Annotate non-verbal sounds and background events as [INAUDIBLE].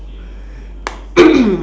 [COUGHS]